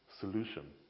solution